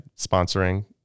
sponsoring